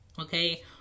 okay